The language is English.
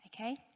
Okay